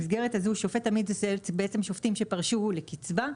שופטים עמיתים הם שופטים שפרשו לקצבה.